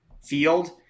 field